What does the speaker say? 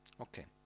Okay